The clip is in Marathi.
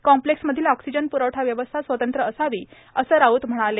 कॉम्प्लेक्समधील ऑक्सिजन प्रवठा व्यवस्था स्वतंत्र असावी असे ते म्हणाले